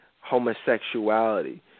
Homosexuality